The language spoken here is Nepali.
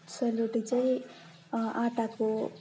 सेलरोटी चाहिँ आँटाको